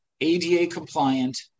ADA-compliant